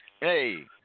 Hey